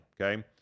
Okay